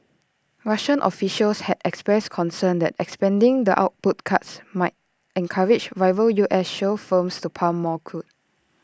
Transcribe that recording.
Russian officials had expressed concern that extending the output cuts might encourage rival U S shale firms to pump more crude